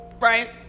right